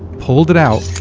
pulled it out,